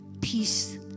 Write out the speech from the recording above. peace